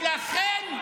די כבר, די, ולכן,